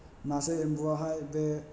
मासे एम्बुआहाय बे